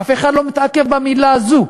אף אחד לא מתעכב על המילה הזאת.